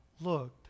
looked